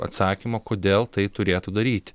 atsakymo kodėl tai turėtų daryti